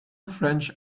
french